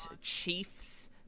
Chiefs